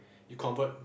you convert